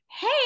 Hey